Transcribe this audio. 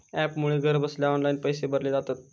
ॲपमुळे घरबसल्या ऑनलाईन पैशे भरले जातत